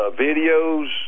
videos